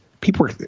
people